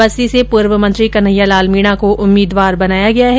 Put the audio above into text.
बस्सी से पूर्व मंत्री कन्हैया लाल मीणा को उम्मीदवार बनाया गया है